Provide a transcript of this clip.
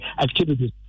activities